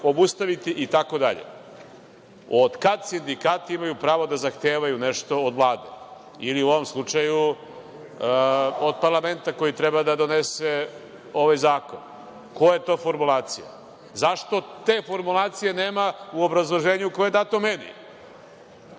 obustaviti itd. Od kad sindikati imaju pravo da zahtevaju nešto od Vlade, ili u ovom slučaju od parlamenta koji treba da donese ovaj zakon? Koja je to formulacija? Zašto te formulacije nema u obrazloženju koje je dato meni?